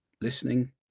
listening